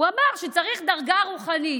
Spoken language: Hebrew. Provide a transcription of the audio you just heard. הוא אמר שצריך דרגה רוחנית.